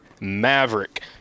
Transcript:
Maverick